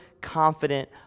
confident